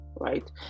right